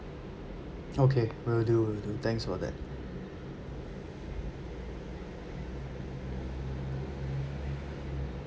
okay will do will do thanks for that